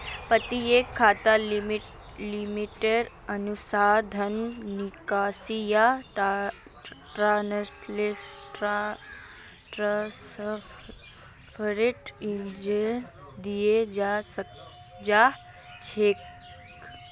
प्रत्येक खाताक लिमिटेर अनुसा र धन निकासी या ट्रान्स्फरेर इजाजत दीयाल जा छेक